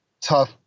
tough